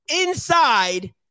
inside